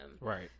Right